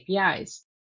APIs